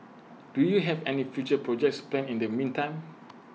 do you have any future projects planned in the meantime